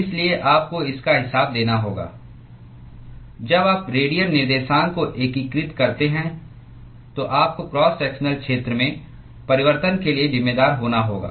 इसलिए आपको इसका हिसाब देना होगा जब आप रेडियल निर्देशांक को एकीकृत करते हैं तो आपको क्रॉस सेक्शनल क्षेत्र में परिवर्तन के लिए जिम्मेदार होना होगा